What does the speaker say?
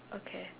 okay